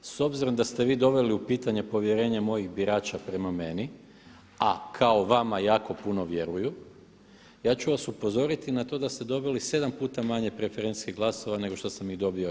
S obzirom da ste vi doveli u pitanje povjerenje mojih birača prema meni, a kao vama jako puno vjeruju ja ću vas upozoriti na to da ste dobili 7 puta manje preferencijskih glasova nego što sam ih dobio ja.